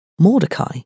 Mordecai